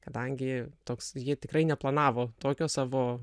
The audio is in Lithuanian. kadangi toks jie tikrai neplanavo tokio savo